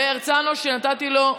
והרצנו, שנתתי לו.